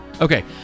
Okay